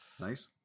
Nice